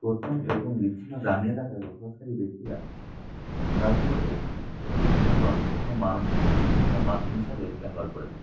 প্রত্যন্ত এবং বিচ্ছিন্ন গ্রামীণ এলাকায় বসবাসকারী ব্যক্তিরা খেলাধুলোকে একটি বিনোদন এবং মানসিক চাপ উপশমের মাধ্যম হিসাবে ব্যবহার করে থাকে